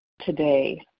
today